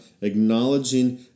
Acknowledging